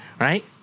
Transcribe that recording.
right